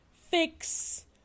fix